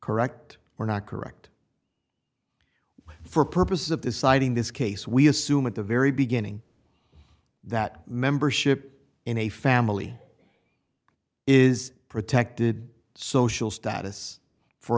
correct or not correct for purposes of deciding this case we assume at the very beginning that membership in a family is protected social status for